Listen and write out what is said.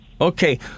Okay